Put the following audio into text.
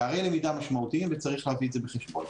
פערי למידה משמעותיים וצריך להביא את זה בחשבון.